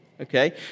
okay